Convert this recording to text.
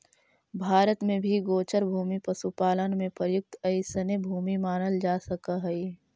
भारत में भी गोचर भूमि पशुपालन में प्रयुक्त अइसने भूमि मानल जा सकऽ हइ